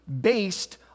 based